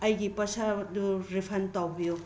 ꯑꯩꯒꯤ ꯄꯩꯁꯥꯗꯨ ꯔꯤꯐꯟ ꯇꯧꯕꯤꯌꯨ